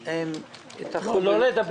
הם איחרו לומר,